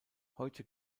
heute